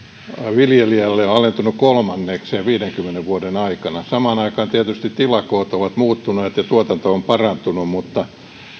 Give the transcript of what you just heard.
viljelijälle on alentunut kolmannekseen viidenkymmenen vuoden aikana samaan aikaan tietysti tilakoot ovat muuttuneet ja tuotanto on parantunut mutta